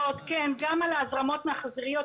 בהחלט.